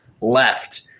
left